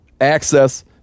access